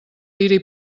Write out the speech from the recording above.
tire